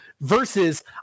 versus